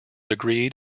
agreed